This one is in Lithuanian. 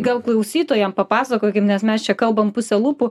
gal klausytojam papasakokim nes mes čia kalbam puse lūpų